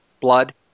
blood